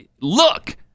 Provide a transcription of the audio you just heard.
Look